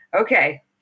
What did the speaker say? okay